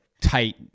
tight